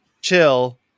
chill